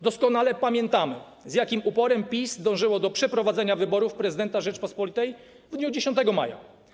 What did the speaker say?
Doskonale pamiętamy, z jakim uporem PiS dążyło do przeprowadzenia wyborów prezydenta Rzeczypospolitej w dniu 10 maja.